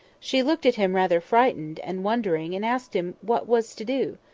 she looked at him rather frightened, and wondering, and asked him what was to do.